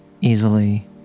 easily